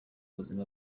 buzima